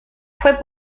fue